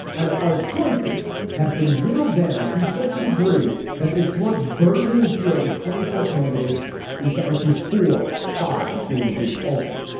and our choices have been whittled down to such a degree that this one's burgeoning field of twenty four candidates is down to four. five, if you include tulsi,